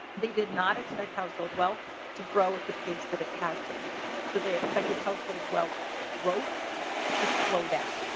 they did not expect household wealth to grow at the pace that it has been so they expected household wealth growth to slow down.